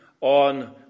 on